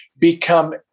become